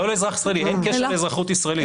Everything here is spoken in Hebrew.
לא לאזרח ישראלי, אין קשר לאזרחות ישראלית.